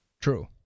True